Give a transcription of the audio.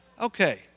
Okay